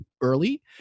early